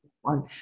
one